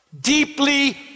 Deeply